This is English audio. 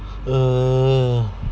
uh